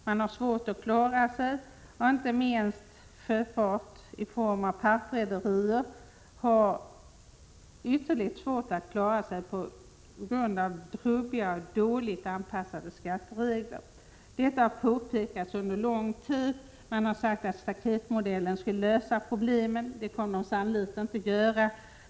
Den sjöfart som bedrivs i form av partrederier har ytterligt svårt att klara sig på grund av trubbiga och dåligt anpassade skatteregler. Detta har påpekats under lång tid. Det har sagts att staketmodellen skulle lösa problemen, men det kommer den sannolikt inte att göra.